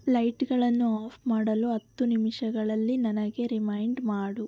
ಲೈಟ್ಗಳನ್ನು off ಮಾಡಲು ಹತ್ತು ನಿಮಿಷಗಳಲ್ಲಿ ನನಗೆ ರಿಮೈಂಡ್ ಮಾಡು